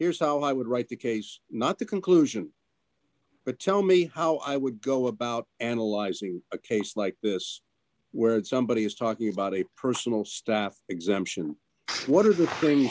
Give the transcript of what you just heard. here's how i would write the case not the conclusion but tell me how i would go about analyzing a case like this where somebody is talking about a personal staff exemption what are the thing